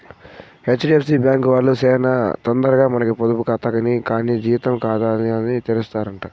HDFC bank వాల్లు సేనా తొందరగా మనకి పొదుపు కాతా కానీ జీతం కాతాగాని తెరుస్తారట